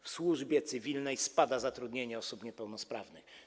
W służbie cywilnej spada zatrudnienie osób niepełnosprawnych.